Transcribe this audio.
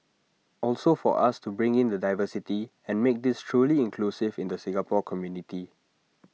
also for us to bring in the diversity and make this truly inclusive in the Singapore community